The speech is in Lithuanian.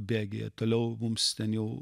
bėgyje toliau mums ten jau